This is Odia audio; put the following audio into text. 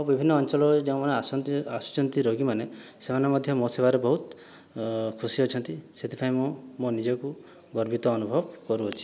ଆଉ ବିଭିନ୍ନ ଅଞ୍ଚଳରୁ ଯେଉଁମାନେ ଆସନ୍ତି ଆସୁଛନ୍ତି ରୋଗୀମାନେ ସେମାନେ ମଧ୍ୟ ମୋ ସେବାରେ ବହୁତ ଖୁସି ଅଛନ୍ତି ସେଥିପାଇଁ ମୁଁ ମୋ ନିଜକୁ ଗର୍ବିତ ଅନୁଭବ କରୁଅଛି